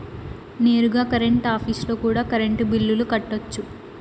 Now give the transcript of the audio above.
నేరుగా కరెంట్ ఆఫీస్లో కూడా కరెంటు బిల్లులు కట్టొచ్చు